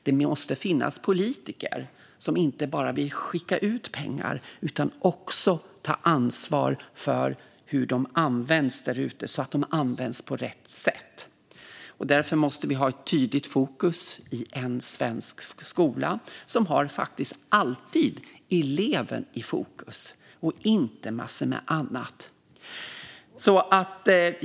Det måste finnas politiker som inte bara vill skicka ut pengar utan också vill ta ansvar för hur de används där ute så att de används på rätt sätt. Därför måste vi ha en svensk skola som alltid har eleven i tydligt fokus och inte massor med annat.